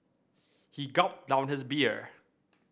he gulped down his beer